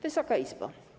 Wysoka Izbo!